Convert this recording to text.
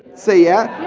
say yeah?